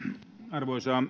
arvoisa